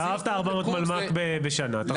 שאבת 400 מלמ"ק בשנה, תחזיר.